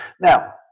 Now